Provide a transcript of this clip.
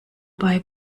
bei